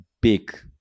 big